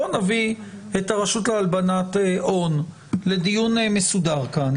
בואו נביא את הרשות להלבנת הון לדיון מסודר כאן,